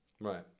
Right